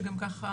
שגם ככה